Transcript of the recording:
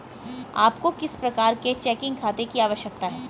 आपको किस प्रकार के चेकिंग खाते की आवश्यकता है?